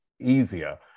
easier